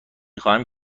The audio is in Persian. خواهم